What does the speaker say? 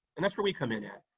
and that's where we come in at.